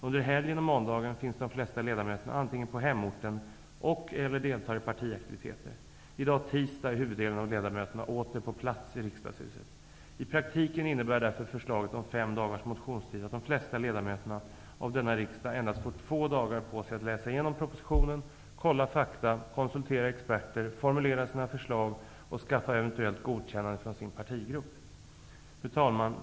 Under helgen och måndagen finns de flesta ledamöterna antingen på hemorten och/eller deltar i partiaktiviteter. I dag, tisdag, är huvuddelen av ledamöterna åter på plats i riksdagshuset. I praktiken innebär därför förslaget om fem dagars motionstid att de flesta ledamöterna av denna riksdag endast får två dagar på sig att läsa igenom propositionen, kolla fakta, konsultera experter, formulera sina förslag och skaffa eventuellt godkännande från sin partigrupp. Fru talman!